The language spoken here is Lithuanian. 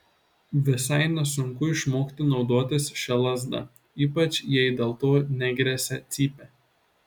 visai nesunku išmokti naudotis šia lazda ypač jei dėl to negresia cypė